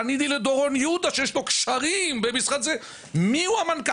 פניתי לדורון יהודה, שיש לו קשרים, מיהו המנכ"ל.